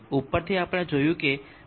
ઉપરથી આપણે જોયું કે 7